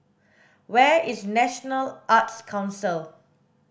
where is National Arts Council